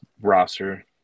roster